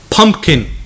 pumpkin